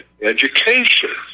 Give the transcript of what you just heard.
education